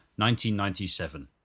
1997